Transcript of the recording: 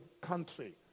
country